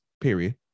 Period